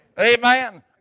Amen